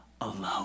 alone